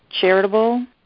charitable